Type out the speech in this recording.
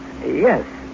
Yes